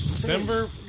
Denver